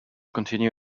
continue